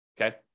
Okay